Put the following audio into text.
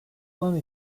alanı